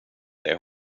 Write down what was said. dig